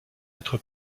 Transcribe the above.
être